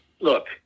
look